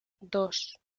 dos